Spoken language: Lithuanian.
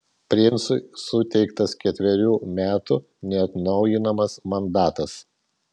princui suteiktas ketverių metų neatnaujinamas mandatas